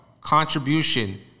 contribution